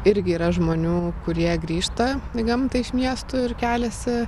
irgi yra žmonių kurie grįžta į gamtą iš miestų ir keliasi